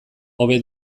hobe